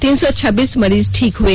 तीन सौ छब्बीस मरीज ठीक हुए